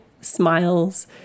smiles